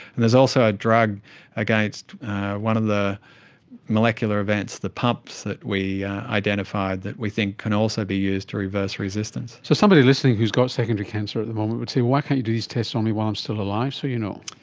and is also ah drug against one of the molecular events, the pumps that we identified that we think can also be used to reverse resistance. so somebody listening who's got secondary cancer at the moment would say, well, why can't you do these tests on me while i'm still alive so you know?